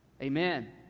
Amen